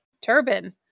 turban